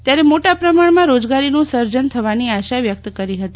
ત્યારે મોટા પ્રમાણમાં રોજગારીનું સર્જન થવાની આશા વ્યક્ત કરી હતી